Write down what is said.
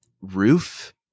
roof